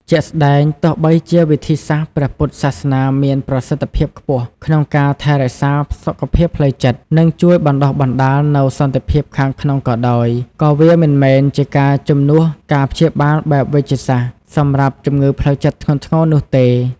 ជាក់ស្តែង ទោះបីជាវិធីសាស្ត្រព្រះពុទ្ធសាសនាមានប្រសិទ្ធភាពខ្ពស់ក្នុងការថែរក្សាសុខភាពផ្លូវចិត្ត និងជួយបណ្ដុះបណ្ដាលនូវសន្តិភាពខាងក្នុងក៏ដោយ ក៏វាមិនមែនជាការជំនួសការព្យាបាលបែបវេជ្ជសាស្ត្រសម្រាប់ជំងឺផ្លូវចិត្តធ្ងន់ធ្ងរនោះទេ។